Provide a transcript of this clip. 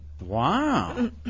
Wow